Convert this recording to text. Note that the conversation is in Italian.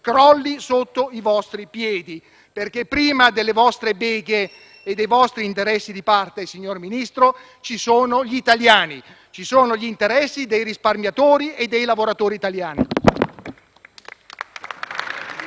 crolli sotto i vostri piedi, perché prima delle vostre beghe e dei vostri interessi di parte, signor Ministro, ci sono gli italiani e gli interessi dei risparmiatori e dei lavoratori italiani.